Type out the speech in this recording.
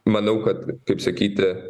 manau kad kaip sakyti